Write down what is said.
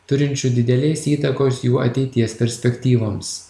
turinčių didelės įtakos jų ateities perspektyvoms